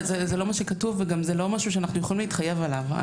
זה לא מה שכתוב וגם זה לא משהו שאנחנו יכולים להתחייב עליו.